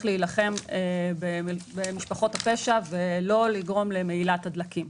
להילחם במשפחות הפשע ולמנוע מהילת דלקים.